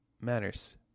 matters